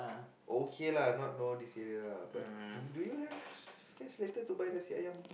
okay lah not know this area lah but do you have space later to buy nasi-ayam